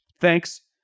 Thanks